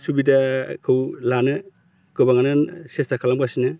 सुबिदाखौ लानो गोबांनो सेसथा खालामगासिनो